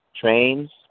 trains